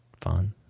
fun